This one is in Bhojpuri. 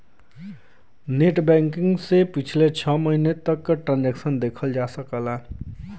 नेटबैंकिंग से पिछले छः महीने तक क ट्रांसैक्शन देखा जा सकला